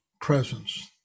presence